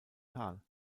tal